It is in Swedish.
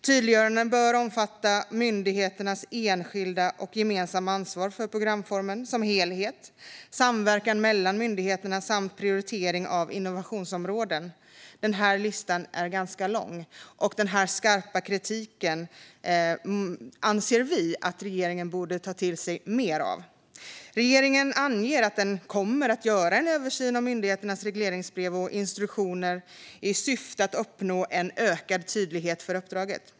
Tydliggörandena bör omfatta myndigheternas enskilda och gemensamma ansvar för programformen som helhet, samverkan mellan myndigheterna samt prioritering av innovationsområden. Listan är ganska lång, och vi anser att regeringen borde ta till sig mer av den skarpa kritiken. Regeringen anger att den kommer göra en översyn av myndigheternas regleringsbrev och instruktioner i syfte att uppnå en ökad tydlighet för uppdraget.